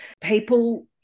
people –